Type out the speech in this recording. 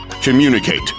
Communicate